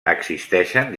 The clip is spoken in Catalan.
existeixen